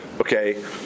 okay